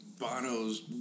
Bono's